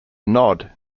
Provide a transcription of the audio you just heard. nod